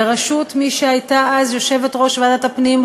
בראשות מי שהייתה אז יושבת-ראש ועדת הפנים,